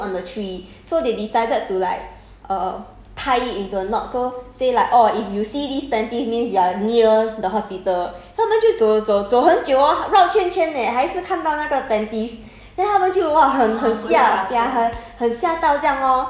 actually one of them lah they saw these like panties hanging on the tree so they decided to like err tie it into a knot so say like orh if you see these panties means you are near the hospital so 她们就走走走走很久 hor 绕圈圈 leh 还是看到那个 panties